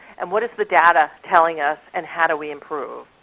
and what is the data telling us, and how do we improve?